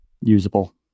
usable